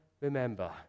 remember